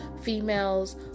females